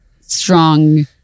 strong